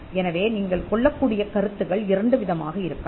எனவே நீங்கள் கொள்ளக்கூடிய கருத்துக்கள் இரண்டு விதமாக இருக்கலாம்